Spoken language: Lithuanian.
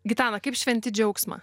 gitana kaip šventi džiaugsmą